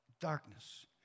darkness